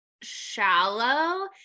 shallow